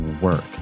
work